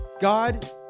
God